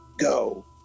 Go